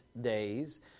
days